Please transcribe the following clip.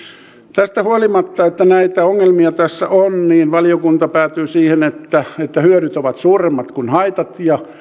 tästä huolimatta että näitä ongelmia tässä on valiokunta päätyy siihen että hyödyt ovat suuremmat kuin haitat ja